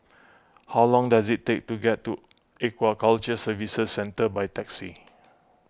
how long does it take to get to Aquaculture Services Centre by taxi